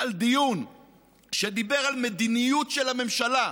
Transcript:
על דיון שדיבר על מדיניות של הממשלה,